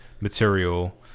material